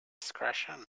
discretion